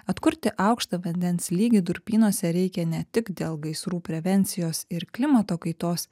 atkurti aukštą vandens lygį durpynuose reikia ne tik dėl gaisrų prevencijos ir klimato kaitos